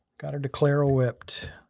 got to declare whipped.